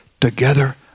together